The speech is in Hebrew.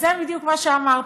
אז זה בדיוק מה שאמרתי,